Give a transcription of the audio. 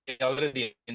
already